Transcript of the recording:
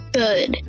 good